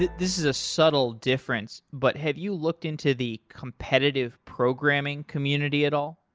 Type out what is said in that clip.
this is a subtle difference, but have you looked into the competitive programming community at all?